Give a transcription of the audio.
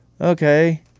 okay